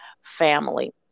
family